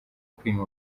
kwima